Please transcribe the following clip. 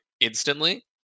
instantly